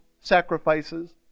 sacrifices